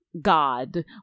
god